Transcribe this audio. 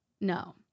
No